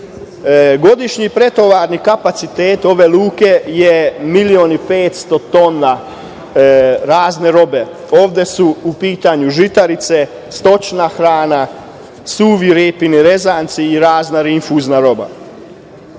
Godišnji pretovarni kapacitet ove luke je milion i 500 tona razne robe. Ovde su u pitanju žitarice, stočna hrana, suvi repini rezanci i razna rinfuzna roba. Pored